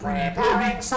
Preparing